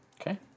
Okay